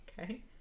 Okay